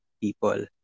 people